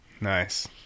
Nice